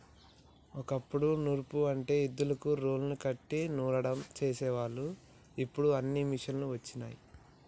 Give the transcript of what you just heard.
ఓ కప్పుడు నూర్పు అంటే ఎద్దులకు రోలుని కట్టి నూర్సడం చేసేవాళ్ళు ఇప్పుడు అన్నీ మిషనులు వచ్చినయ్